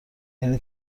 یعنی